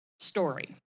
story